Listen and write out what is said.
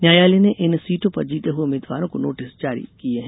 न्यायालय ने इन सीटों पर जीते हए उम्मीदवारों को नोटिस जारी किये हैं